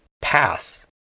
pass